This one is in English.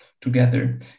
together